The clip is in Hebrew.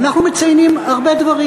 ואנחנו מציינים הרבה דברים,